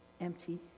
empty